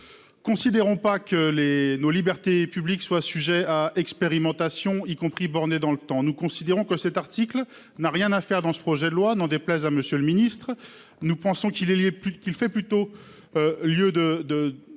nous ne. Considérons pas que les nos libertés publiques soit sujet à expérimentation y compris bornée dans le temps, nous considérons que cet article n'a rien à faire dans ce projet de loi n'en déplaise à Monsieur le Ministre, nous pensons qu'il est lié plus